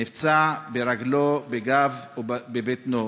נפצע ברגלו, בגבו ובבטנו,